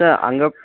sir அங்கே